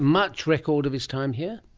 much record of his time here?